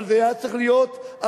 אבל זה היה צריך להיות אחרת.